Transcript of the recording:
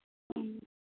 ह्म्म